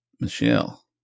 Michelle